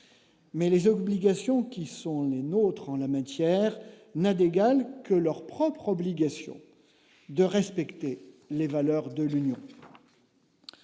mais les obligations qui sont les nôtres en la matière n'a d'égal que leur propre obligation de respecter les valeurs de l'Union,